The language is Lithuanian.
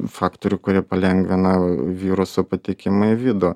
faktorių kurie palengvina viruso patekimą į vidų